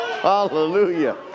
Hallelujah